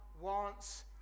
wants